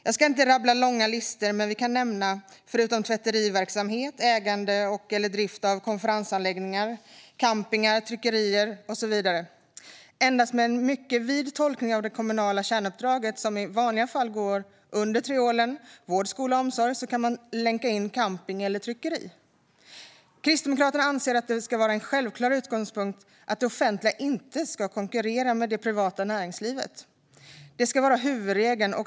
Jag ska inte rabbla långa listor, fru talman, men förutom tvätteriverksamhet kan jag nämna ägande eller drift av konferensanläggningar, campingar, tryckerier och så vidare. Endast med en mycket vid tolkning av det kommunala kärnuppdraget - som i vanliga fall går under triolen vård, skola och omsorg - kan man länka in camping eller tryckeri där. Kristdemokraterna anser att det ska vara en självklar utgångspunkt att det offentliga inte ska konkurrera med det privata näringslivet. Detta ska vara huvudregeln.